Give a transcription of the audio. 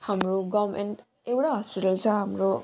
हाम्रो गभर्नमेन्ट एउटा हस्पिटल छ हाम्रो